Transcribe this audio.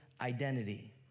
identity